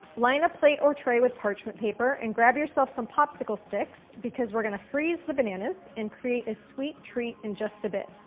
line a plate or tray with parchment paper and grab yourself some popsicle sticks because we're gonna freeze the bananas and create a sweet treat in just a bit.